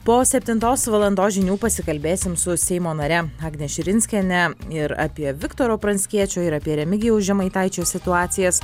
po septintos valandos žinių pasikalbėsim su seimo nare agne širinskiene ir apie viktoro pranckiečio ir apie remigijaus žemaitaičio situacijas